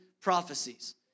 prophecies